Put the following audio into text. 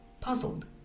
Puzzled